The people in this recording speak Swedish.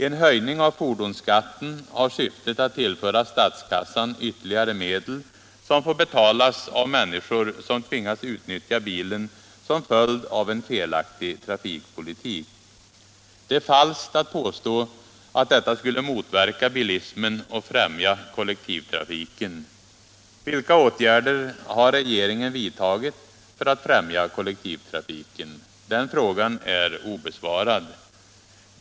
En höjning av fordonsskatten har syftet att tillföra statskassan ytterligare medel, som får betalas av människor som tvingas utnyttja bilen som följd av en felaktig trafikpolitik. Det är falskt att påstå att detta skulle motverka bilismen och främja kollektivtrafiken. Vilka åtgärder har regeringen vidtagit för att främja kollektivtrafiken? Den frågan är obesvarad.